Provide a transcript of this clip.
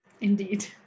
Indeed